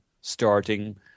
starting